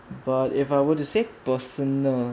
but if I were to say personal